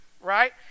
right